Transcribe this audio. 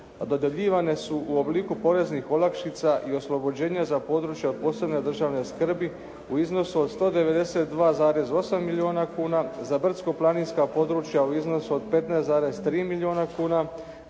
dodjeljivane su u obliku poreznih olakšica i oslobođenja za područja od posebne državne skrbi u iznosu od 192,8 milijuna kuna, za brdsko-planinska područja u iznosu od 15,3 milijuna kuna,